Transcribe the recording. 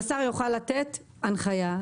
שהשר יוכל לתת הנחייה.